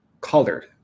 colored